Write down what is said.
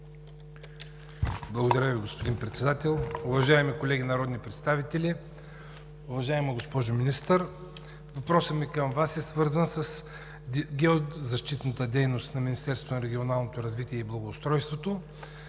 Благодаря Ви, господин Председател. Уважаеми колеги народни представители, уважаема госпожо Министър! Въпросът ми към Вас е свързан с геозащитната дейност на Министерството